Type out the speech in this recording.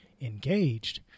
engaged